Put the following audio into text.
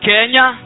Kenya